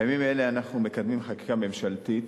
בימים אלה אנחנו מקדמים חקיקה ממשלתית,